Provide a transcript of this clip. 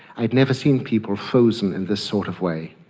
i'd never seen people frozen in this sort of way.